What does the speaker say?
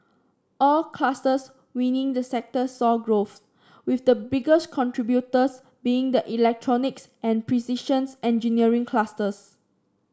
all clusters within the sector saw growth with the biggest contributors being the electronics and precisions engineering clusters